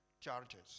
charges